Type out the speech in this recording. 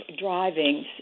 driving